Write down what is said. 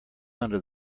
under